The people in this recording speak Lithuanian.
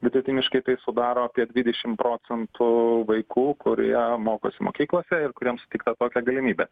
vidutiniškai tai sudaro apie dvidešim procentų vaikų kurie mokosi mokyklose ir kuriems suteikta tokia galimybė